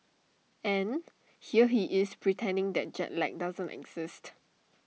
and here he is pretending that jet lag does not exist